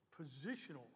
positional